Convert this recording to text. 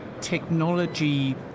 technology